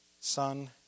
Son